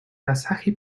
asahi